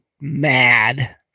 mad